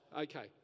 Okay